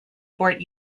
fort